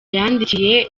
yandikiye